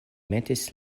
metis